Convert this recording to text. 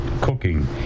cooking